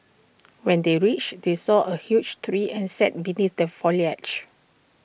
when they reached they saw A huge tree and sat beneath the foliage